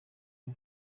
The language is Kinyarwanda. bwo